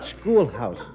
Schoolhouse